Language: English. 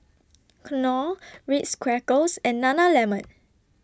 Knorr Ritz Crackers and Nana Lemon